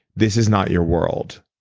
this is not your world.